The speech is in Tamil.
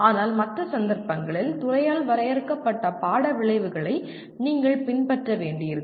ஆனால் மற்ற சந்தர்ப்பங்களில் துறையால் வரையறுக்கப்பட்ட பாட விளைவுகளை நீங்கள் பின்பற்ற வேண்டியிருக்கும்